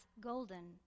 golden